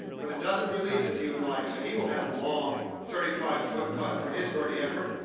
but it doesn't release as he would like. so he will have a long thirty-five-foot putt for his birdie effort.